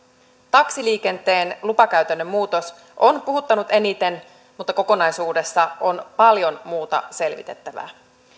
taksiliikenteen lupakäytännön muutos on puhuttanut eniten mutta kokonaisuudessa on paljon muutakin selvitettävää